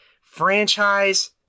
franchise